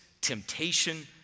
temptation